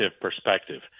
perspective